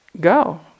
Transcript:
go